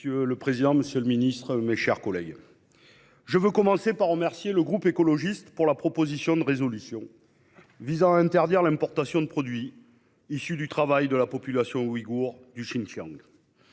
Monsieur le président, monsieur le ministre, mes chers collègues, je veux commencer en remerciant le groupe GEST de la proposition de résolution visant à interdire l'importation de produits issus du travail forcé de la population ouïghoure du Xinjiang.